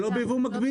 לא ביבוא מקביל.